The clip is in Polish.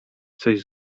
coś